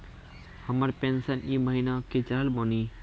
हमर पेंशन ई महीने के चढ़लऽ बानी?